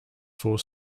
four